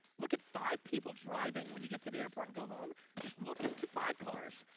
look at five people driving when you get to the airport and go home. just look into five cars,